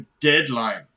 deadline